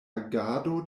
agado